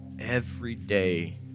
everyday